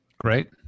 Great